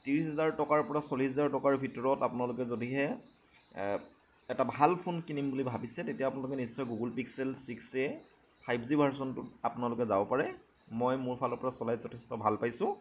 ত্ৰিশ হাজাৰ টকাৰ পৰা চল্লিশ হাজাৰ টকাৰ ভিতৰত আপোনালোকে যদিহে এটা ভাল ফোন কিনিম বুলি ভাৱিছে তেতিয়া আপোনালোকে নিশ্চয় Google Pixel six a five G ভাৰ্চনটো আপোনালোকে যাব পাৰে মই মোৰ ফালৰ পৰা চলাই যথেষ্ট ভাল পাইছোঁ